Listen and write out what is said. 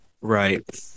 right